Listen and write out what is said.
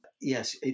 Yes